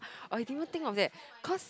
I didn't even think of that cause